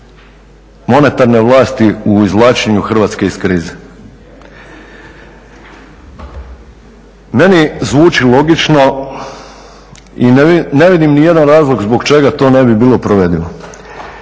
monetarne vlasti u izvlačenju Hrvatske iz krize? Meni zvuči logično i ne vidim ni jedan razlog zbog čega to ne bi bilo provedivo.